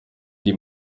die